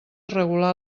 regular